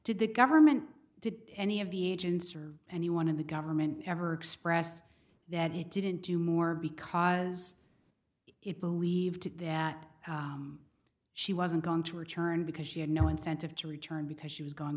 to the government did any of the agents or anyone in the government ever express that he didn't do more because it believed that she wasn't going to return because she had no incentive to return because she was go